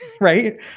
right